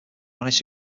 managed